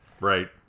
Right